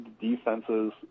defenses